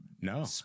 No